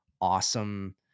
awesome